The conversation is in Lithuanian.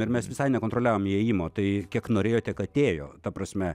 ir mes visai nekontroliavom įėjimo tai kiek norėjo tiek atėjo ta prasme